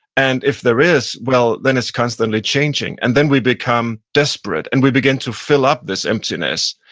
and if there is, well, then it's constantly changing, and then we become desperate and we begin to fill up this emptiness,